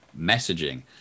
messaging